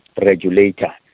regulator